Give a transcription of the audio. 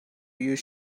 you